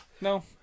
No